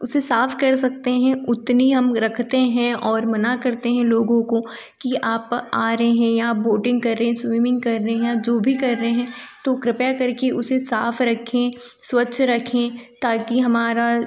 उसे साफ कर सकते हैं उतनी हम रखते हैं और मना करते हैं लोगों को कि आप आ रहे हैं या बोटिंग कर रहे हैं स्विमिंग कर रहे हैं या जो भी कर रहे हैं तो कृपया करके उसे साफ रखें स्वच्छ रखें ताकि हमारा